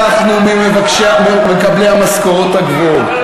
קודם לקחנו ממקבלי המשכורות הגבוהות,